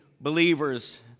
believers